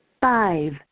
Five